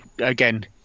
again